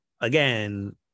again